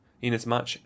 Inasmuch